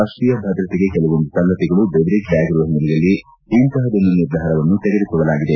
ರಾಷ್ಟೀಯ ಭದ್ರತೆಗೆ ಕೆಲವೊಂದು ಸಂಗತಿಗಳು ಬೆದರಿಕೆಯಾಗಿರುವ ಹಿನ್ನೆಲೆಯಲ್ಲಿ ಇಂತಹದೊಂದು ನಿರ್ಧಾರವನ್ನು ತೆಗೆದುಕೊಳ್ಳಲಾಗಿದೆ